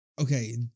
okay